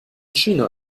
china